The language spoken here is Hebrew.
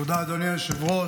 תודה, אדוני היושב-ראש.